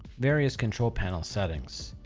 various control panel settings.